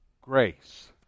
grace